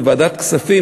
בוועדת הכספים,